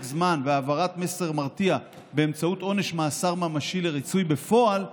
זמן והעברת מסר מרתיע באמצעות עונש מאסר ממשי לריצוי בפועל,